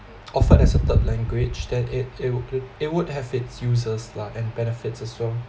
offered as a third language than it it would it would have its users lah and benefits as well